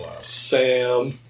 Sam